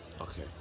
Okay